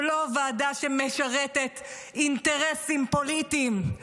ולא ועדה שמשרתת אינטרסים פוליטיים.